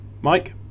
Mike